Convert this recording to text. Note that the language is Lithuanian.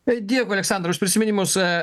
tai dėkui aleksandrai už prisiminimus